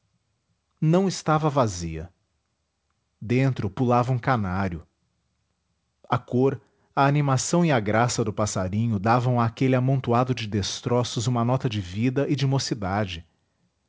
não estava vazia dentro pulava um canário a cor a animação e a graça do passarinho davam àquele amontoado de destroços uma nota de vida e de mocidade